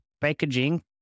packaging